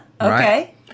okay